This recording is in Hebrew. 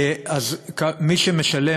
אז מי שמשלם,